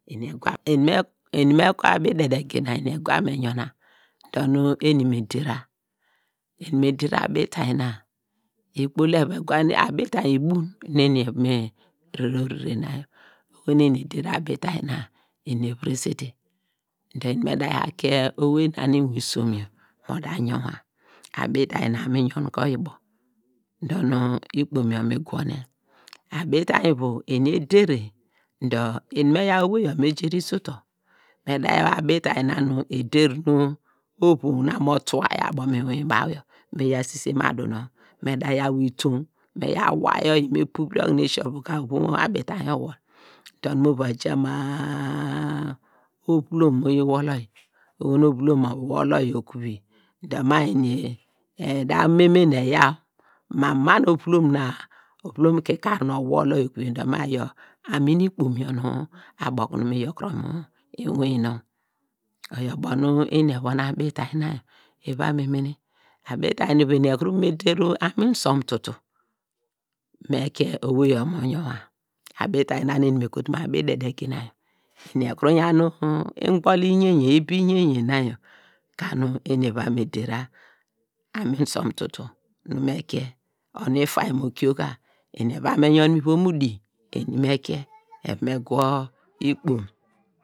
Eni egwa, eni me kor abi idede gina eni egwa me yona dor nu eni me der`ra, eni me der` abitainy na, ikpol evu egwa nu, abitainy ibun eni evon me rere orere na yor oho nu eni eder` te abitainy na eni eviresete dor eni me da yaw kie owei na nu inwin isom yor mo da yawnwa, abitainy na yor mi yon ke oyi ubo dor nu ikpom yor mi gurone, abitainy ivuu eni eder` dor eni me yaw wei yor me jerise utor meda yaw abitainy na nu eder` nu ovonwu nonnw abo okunu mo tua abo mu inwin baw yor me yor itom me yaw wayi, me puriri oyi okunu ovonw abitainy iwol mu esi ovu ka, dor nu mu va ja maanu ovulom mo yi wol oyi, oho nu ovulom owol oyi okuveyi dor ma eni eda meme nu eyaw ma mu, ma mu ovulom na, ovulom kikar` owol te oyi dor ma iyor anun ikpom yor nu abo okunu mi yokuru inwin nonw, oyo ubo nu eni evon abitainy na yor eva me mene, abitainy na yor ivu eni ekuru evon me der anun usom lutu me kie owei yor mo yunwa, abitainy na nu eru me kotu ma mu abi idede gina yor eni ekuru yan ingboli nyenye ibi nyenye na yor ka nu eni eva me dera anun usom tutu nu eni me kie onu ifainy mo kio ka eni eva me yon ivom udi eni me kie evon me gwo ikpom.